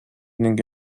ning